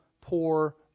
poor